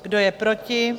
Kdo je proti?